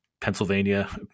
Pennsylvania